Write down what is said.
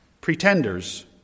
pretenders